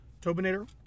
Tobinator